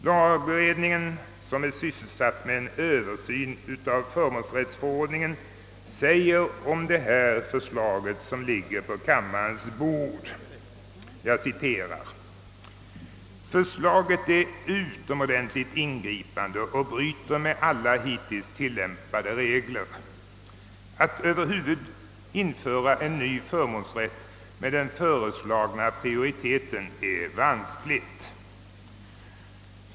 Lagberedningen som är sysselsatt med en översyn av förmånsrättsförordningen säger om det förslag som ligger på kammarens bord: »Förslaget är utomordentligt ingripande och bryter med alla hittills tillämpade regler. Att över huvud införa en ny förmånsrätt med den föreslagna prioriteten är vanskligt.